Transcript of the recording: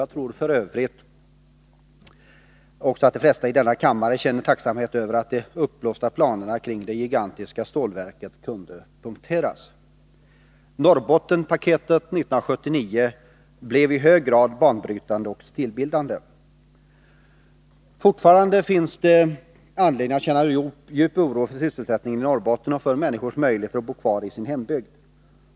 Jag tror också att de flesta i denna kammare känner tacksamhet över att de uppblåsta planerna kring det gigantiska stålverket kunde punkteras. Norrbottenspaketet 1979 blev i hög grad banbrytande och stilbildande. Fortfarande finns det anledning att känna djup oro för sysselsättningen i Norrbotten och för människornas möjligheter att bo kvar i sin hembygd.